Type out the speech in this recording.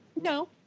No